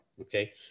Okay